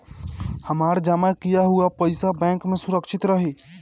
हमार जमा किया हुआ पईसा बैंक में सुरक्षित रहीं?